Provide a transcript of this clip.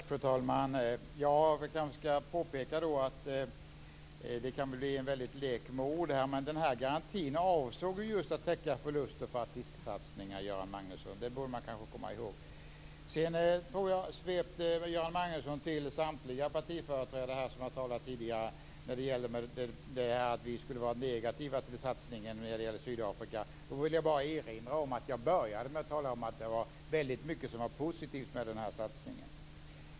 Fru talman! Jag kanske ska påpeka att det kan bli en lek med ord här. Men den här garantin avsåg ju just att täcka förluster för artistsatsningar, Göran Magnusson. Det borde man kanske komma ihåg. Sedan svepte Göran Magnusson över samtliga partiföreträdare som har talat här tidigare när det gäller att vi skulle vara negativa till Sydafrikasatsningen. Då vill jag bara erinra om att jag började med att tala om att det var väldigt mycket som var positivt med denna satsning.